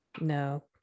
No